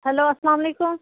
hello اَسلام علیکُم